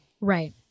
Right